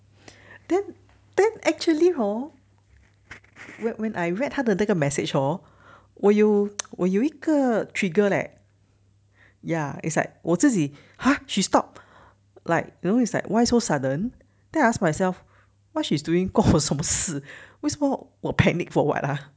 then then actually hor when I read 他的那个 message hor 我有我有一个 trigger leh ya it's like 我自己 !huh! she stopped like you know it's like why so sudden then I ask myself what she's doing 管我什么事为什么我 panic for what ah